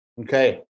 Okay